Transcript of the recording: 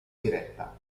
diretta